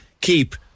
keep